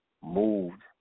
moved